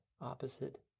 opposite